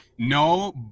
No